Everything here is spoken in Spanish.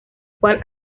cual